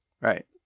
Right